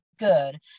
good